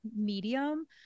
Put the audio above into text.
medium